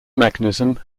mechanism